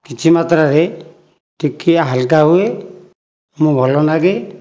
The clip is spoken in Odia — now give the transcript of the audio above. କିଛି ମାତ୍ରାରେ ଟିକିଏ ହାଲୁକା ହୁଏ ଏବଂ ଭଲ ଲାଗେ